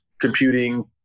computing